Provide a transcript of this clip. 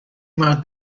مرد